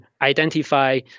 identify